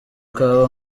kawa